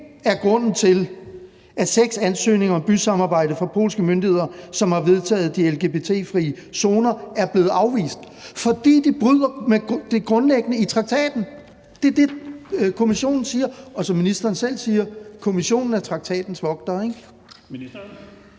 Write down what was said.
Det er grunden til, at seks ansøgninger om bysamarbejde fra polske myndigheder, som har vedtaget de lgbti-frie zoner, er blevet afvist, for de bryder med det grundlæggende i traktaten. Det er det, Kommissionen siger, og som ministeren selv siger: Kommissionen er traktatens vogtere.